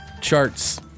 Charts